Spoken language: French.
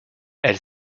elle